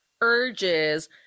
urges